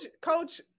coach